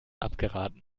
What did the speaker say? abgeraten